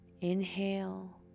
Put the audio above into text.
Inhale